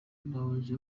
knowledge